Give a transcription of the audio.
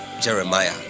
jeremiah